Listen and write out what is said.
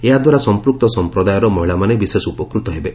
ଏହା ଦ୍ୱାରା ସଂପୃକ୍ତ ସଂପ୍ରଦାୟର ମହିଳାମାନେ ବିଶେଷ ଉପକୃତ ହେବେ